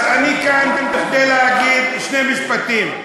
אז אני כאן כדי להגיד שני משפטים.